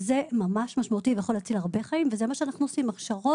זה ממש משמעותי ויכול להציל הרבה חיים וזה מה שאנחנו עושים הכשרות,